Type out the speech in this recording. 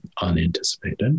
unanticipated